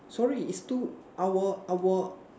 sorry is two our our